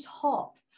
top